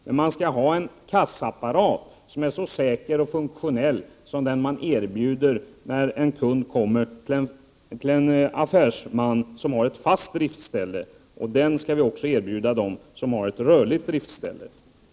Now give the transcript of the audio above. Men man skall ha en kassaapparat som är lika säker och funktionell som den som kunden möter när han kommer till en affärsman som har ett fast driftställe. Detta skall också den erbjuda som har ett rörligt driftställe.